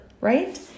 right